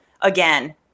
again